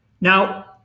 Now